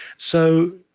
so,